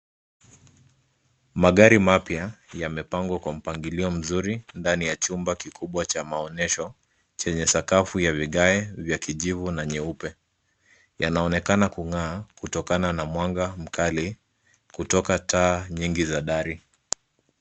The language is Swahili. Magari mapya yamepangwa kwa mpangilio mzuri ndani ya chumba kikubwa cha maonyesho chenye sakafu ya vigae vya kijivu na nyeupe. Yanaonekana kung'aa kutokana na mwanga mkali kutoka taa nyingi za dari.